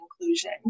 inclusion